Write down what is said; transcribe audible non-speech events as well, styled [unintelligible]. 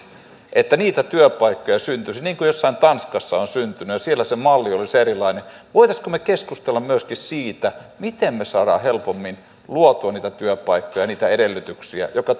että niitä työpaikkoja syntyisi niin kuin jossain tanskassa on syntynyt ja siellä se malli oli erilainen voisimmeko me keskustella myöskin siitä miten me saamme helpommin luotua niitä työpaikkoja niitä edellytyksiä jotka [unintelligible]